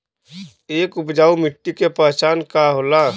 एक उपजाऊ मिट्टी के पहचान का होला?